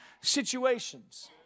situations